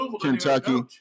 Kentucky